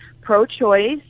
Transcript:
pro-choice